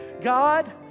God